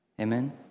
Amen